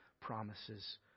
promises